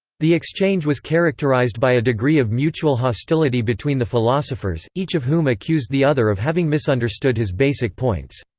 the exchange was characterized by a degree of mutual hostility between the philosophers, each of whom accused the other of having misunderstood his basic points.